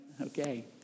okay